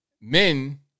men